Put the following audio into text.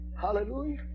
Hallelujah